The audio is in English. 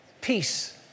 Peace